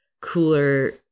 cooler